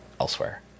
elsewhere